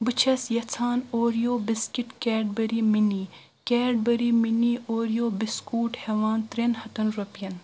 بہٕ چھس یژھان Oreo biscuit Cadbury mini Cadbury mini Oreo biscuit ہٮ۪وان ترؠن ہتَن رۄپٮ۪ن